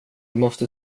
måste